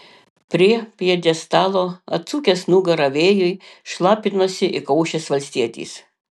prie pjedestalo atsukęs nugarą vėjui šlapinosi įkaušęs valstietis